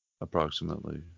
approximately